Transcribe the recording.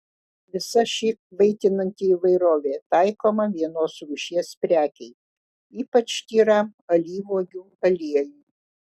visa ši kvaitinanti įvairovė taikoma vienos rūšies prekei ypač tyram alyvuogių aliejui